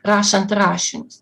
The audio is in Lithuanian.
rašant rašinius